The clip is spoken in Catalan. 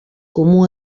comú